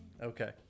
Okay